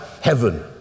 heaven